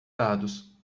dados